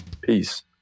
Peace